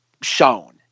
shown